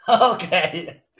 Okay